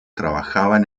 trabajaban